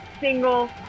single